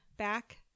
back